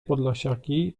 podlasiaki